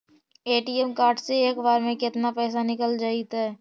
ATM card से एक बार में केतना पैसा निकल जइतै?